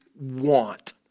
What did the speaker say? want